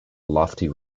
lofty